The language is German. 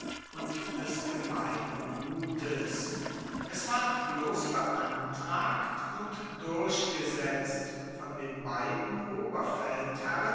und des gemeinen gutes es ward bloss beantragt und durchgesetzt von den beiden